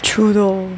true lor